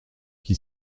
qui